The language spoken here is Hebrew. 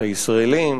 את הישראלים,